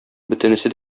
бөтенесе